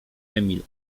emil